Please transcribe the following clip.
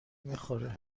میخوره